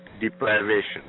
Deprivation